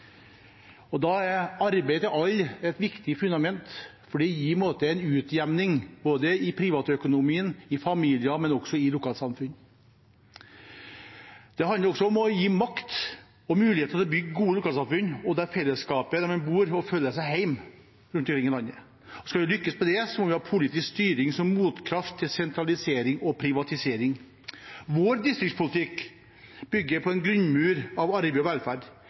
innbyggere. Da er arbeid til alle et viktig fundament, for det gir en utjevning med hensyn til både privatøkonomi, familier og lokalsamfunn. Det handler også om å gi makt og mulighet til å bygge gode lokalsamfunn, hvor man føler fellesskap og føler seg hjemme, rundt omkring i landet. Skal vi lykkes med det, må vi ha politisk styring som en motkraft til sentralisering og privatisering. Vår distriktspolitikk bygger på en grunnmur av arbeid og velferd.